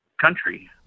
country